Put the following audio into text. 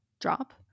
drop